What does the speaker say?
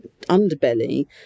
underbelly